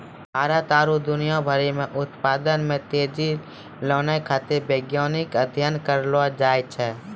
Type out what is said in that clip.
भारत आरु दुनिया भरि मे उत्पादन मे तेजी लानै खातीर वैज्ञानिक अध्ययन करलो जाय छै